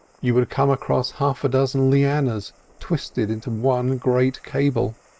you would come across half a dozen lianas twisted into one great cable.